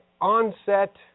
onset